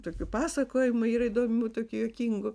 tokių pasakojimų yra įdomių tokių juokingų